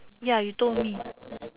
ya you told me